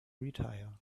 retire